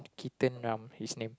Kitten Ram his name